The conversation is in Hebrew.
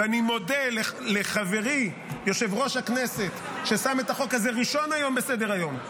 ואני מודה לחברי יושב-ראש הכנסת ששם את החוק הזה ראשון היום בסדר-היום,